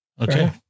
Okay